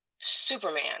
Superman